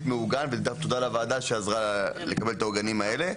מעוגן ותודה לוועדה שעזרה לקבל את העוגנים האלה.